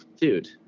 dude